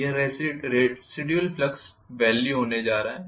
यह residual flux value होने जा रहा है